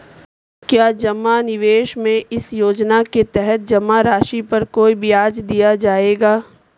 क्या जमा निवेश में इस योजना के तहत जमा राशि पर कोई ब्याज दिया जाएगा?